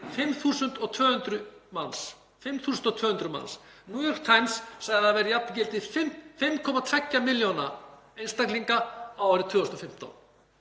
5.200 manns á Íslandi. New York Times sagði að það væri jafngildi 5,2 milljóna einstaklinga árið 2015